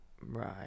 Right